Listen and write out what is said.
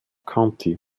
county